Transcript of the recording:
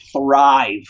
thrive